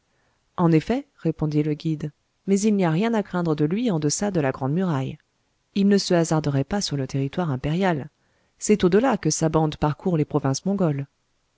en effet répondit le guide mais il n'y a rien à craindre de lui en deçà de la grande muraille il ne se hasarderait pas sur le territoire impérial c'est au-delà que sa bande parcourt les provinces mongoles